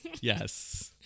Yes